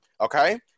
okay